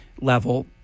level